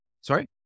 Sorry